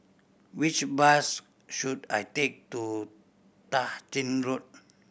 which bus should I take to Tah Ching Road